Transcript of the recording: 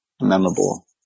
memorable